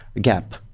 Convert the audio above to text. gap